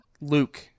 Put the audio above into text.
Luke